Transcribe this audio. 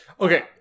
Okay